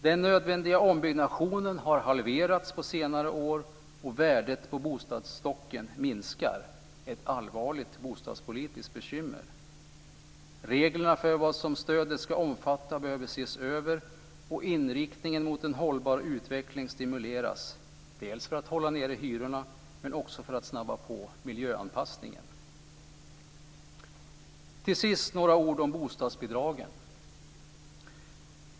Den nödvändiga ombyggnationen har halverats på senare år, och värdet på bostadsstocken minskar. Det är ett allvarligt bostadspolitiskt bekymmer. Reglerna för vad stödet ska omfatta behöver ses över och inriktningen mot en hållbar utveckling stimuleras - dels för att hålla ned hyrorna, men också för att snabba på miljöanpassningen. Till sist ska jag säga några ord om bostadsbidragen.